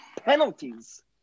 penalties